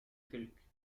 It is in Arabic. تلك